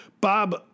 Bob